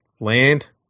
land